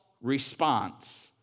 response